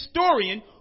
historian